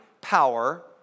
power